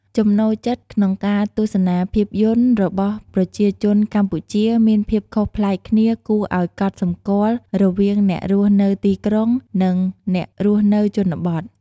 ចំណូលចិត្តក្នុងការទស្សនាភាពយន្តរបស់ប្រជាជនកម្ពុជាមានភាពខុសប្លែកគ្នាគួរឱ្យកត់សម្គាល់រវាងអ្នករស់នៅទីក្រុង និងអ្នករស់នៅជនបទ។